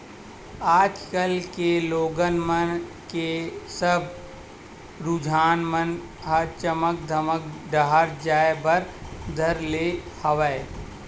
आज कल के लोगन मन के सब रुझान मन ह चमक धमक डाहर जाय बर धर ले हवय